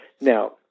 Now